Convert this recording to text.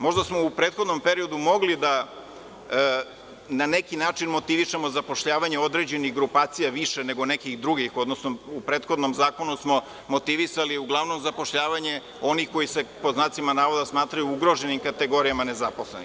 Možda smo u prethodnom periodu mogli da na neki način motivišemo zapošljavanje određenih grupacija više nego nekih drugih, odnosno u prethodnom zakonu smo motivisali uglavnom zapošljavanje onih koji se „smatraju ugroženim“ kategorijama nezaposlenih.